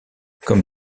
comme